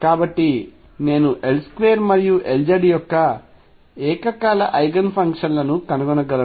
కాబట్టి నేను L2 మరియు Lz యొక్క ఏకకాల ఐగెన్ ఫంక్షన్ లను కనుగొనగలను